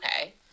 Okay